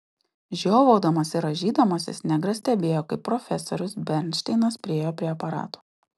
žiovaudamas ir rąžydamasis negras stebėjo kaip profesorius bernšteinas priėjo prie aparato